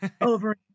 over